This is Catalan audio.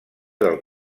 del